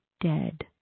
dead